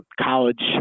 college